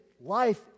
life